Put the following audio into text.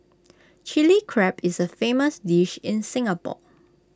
Chilli Crab is A famous dish in Singapore